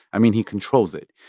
i mean, he controls it,